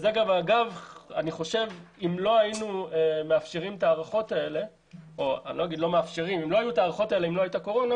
אם לא היו ההארכות האלה אם לא הייתה קורונה